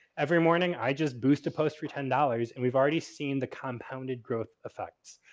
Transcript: every morning i just boost a post for ten dollars, and we've already seen the compounded growth effects.